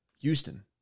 Houston